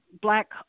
black